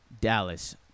Dallas